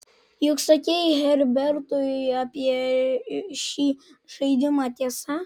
juk sakei herbertui apie šį žaidimą tiesa